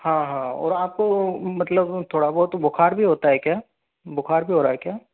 हाँ हाँ और आपको मतलब थोड़ा बहुत बुखार भी होता है क्या बुखार भी हो रहा है क्या